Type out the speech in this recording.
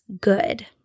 good